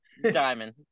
diamond